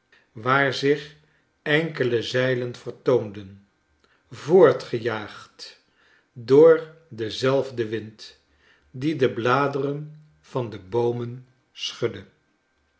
waar zich enkele zeilen vertoonden voortgejaagd door denzelfden wind die de bladeren van de boomen schudde